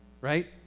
right